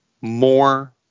more